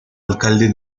alcalde